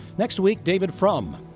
next week, david frum.